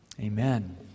Amen